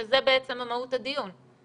שזה בעצם מהות הדיון.